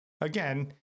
again